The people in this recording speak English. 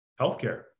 healthcare